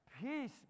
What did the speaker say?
peace